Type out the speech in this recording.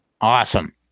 awesome